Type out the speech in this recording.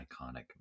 iconic